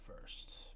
first